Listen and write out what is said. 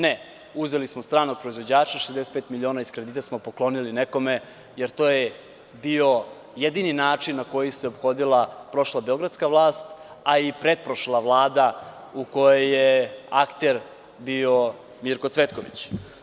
Ne, uzeli smo stranog proizvođača 65 miliona iz kredita smo poklonili nekome, jer to je bio jedini način na koji se ophodila prošla beogradska vlast, a i pretprošla Vlada u kojoj je akter bio Mirko Cvetković.